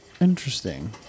Interesting